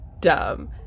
dumb